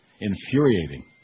infuriating